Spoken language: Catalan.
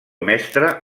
mestre